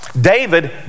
David